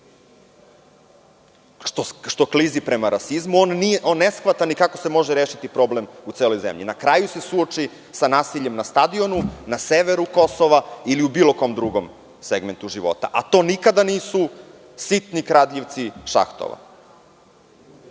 što klizi prema rasizmu, on ne shvata ni kako se može rešiti problem u celoj zemlji. Na kraju se suoči sa nasiljem na stadionu na severu Kosova ili u bilo kom drugom segmentu života, a to nikada nisu sitni kradljivci šahtova.